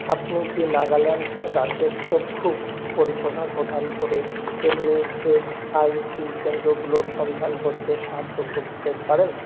আপনি কি নাগাল্যান্ড রাজ্যের চক্ষু পরিষেবা প্রদান করে এমনি ই এস আই সি কেন্দ্রগুলোর সন্ধান করতে সাহায্য করতে পারেন